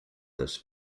this